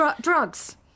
Drugs